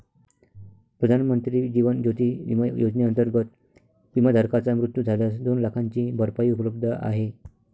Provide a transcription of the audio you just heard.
प्रधानमंत्री जीवन ज्योती विमा योजनेअंतर्गत, विमाधारकाचा मृत्यू झाल्यास दोन लाखांची भरपाई उपलब्ध आहे